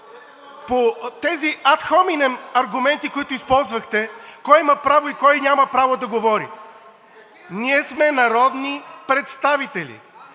По тези ad hominem аргументи, които използвахте, кой има право и кой няма право да говори. Ние сме народни представители